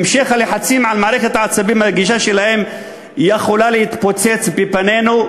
המשך הלחצים על מערכת העצבים הרגישה שלהם יכול להתפוצץ בפנינו,